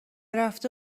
رفته